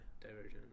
Divergence